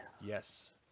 yes